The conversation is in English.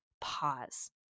pause